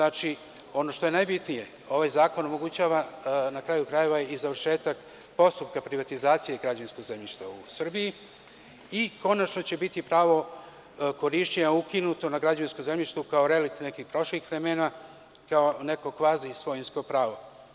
Ono što je najbitnije, ovaj zakon omogućava, na kraju krajeva, i završetak postupka privatizacije građevinsko zemljište u Srbiji i konačno će biti pravo korišćenja ukinuto na građevinsko zemljište kao relikt nekih prošlih vremena, kao neko kvazi svojinsko pravo.